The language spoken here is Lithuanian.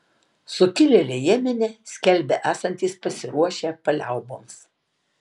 sukilėliai jemene skelbia esantys pasiruošę paliauboms